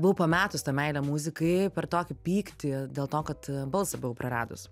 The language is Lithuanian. buvau pametus tą meilę muzikai per tokį pyktį dėl to kad a balsą buvau praradus